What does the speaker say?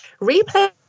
Replay